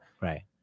Right